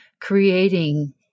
creating